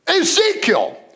Ezekiel